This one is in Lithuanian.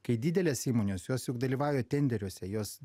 kai didelės įmonės juos juk dalyvauja tenderiuose jos